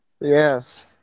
Yes